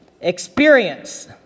experience